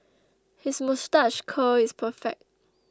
his moustache curl is perfect